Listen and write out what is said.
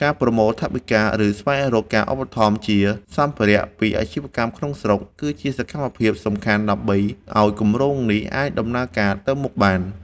ការប្រមូលថវិកា ឬស្វែងរកការឧបត្ថម្ភជាសម្ភារៈពីអាជីវកម្មក្នុងស្រុក គឺជាសកម្មភាពសំខាន់ដើម្បីឱ្យគម្រោងនេះអាចដំណើរការទៅមុខបាន។